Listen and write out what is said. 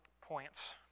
points